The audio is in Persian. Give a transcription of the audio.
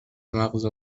مغز